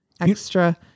extra